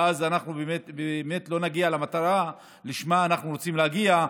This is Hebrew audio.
אז לא נגיע למטרה שאליה אנחנו רוצים להגיע,